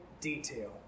detail